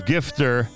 Gifter